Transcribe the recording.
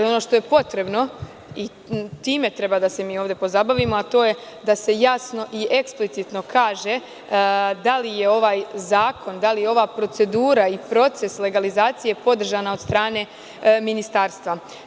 Ono što je potrebno, i time treba da se mi ovde pozabavimo, a to je da se jasno i eksplicitno kaže da li je ovaj zakon, procedura i proces legalizacije, podržan od strane ministarstva?